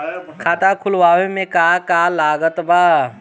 खाता खुलावे मे का का लागत बा?